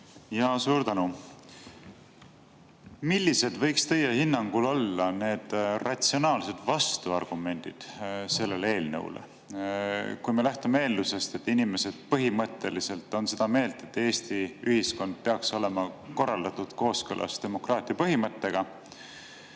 palun! Suur tänu! Millised võiksid teie hinnangul olla need ratsionaalsed vastuargumendid sellele eelnõule? Lähtume eeldusest, et inimesed põhimõtteliselt on seda meelt, et Eesti ühiskond peaks olema korraldatud kooskõlas demokraatia põhimõttega,